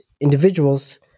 individuals